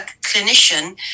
clinician